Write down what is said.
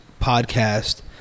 podcast